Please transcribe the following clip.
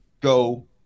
go